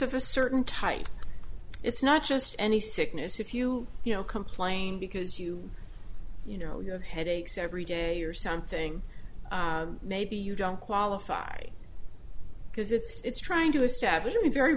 of a certain type it's not just any sickness if you you know complain because you you know you have headaches every day or something maybe you don't qualify because it's trying to establish